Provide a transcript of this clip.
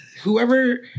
whoever